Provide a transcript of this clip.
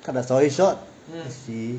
cut the story short she